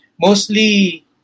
Mostly